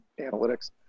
analytics